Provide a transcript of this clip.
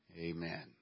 Amen